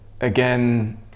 again